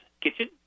kitchen